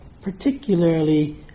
particularly